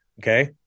Okay